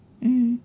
mm